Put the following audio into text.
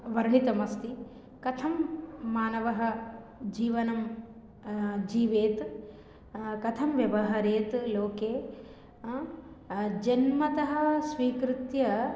वर्णितमस्ति कथं मानवजीवनं जीवेत् कथं व्यवहरेत् लोके जन्मतः स्वीकृत्य